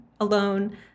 alone